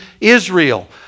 Israel